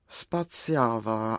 spaziava